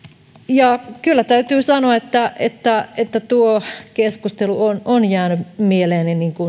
kyllä täytyy sanoa että että tuo keskustelu on jäänyt mieleeni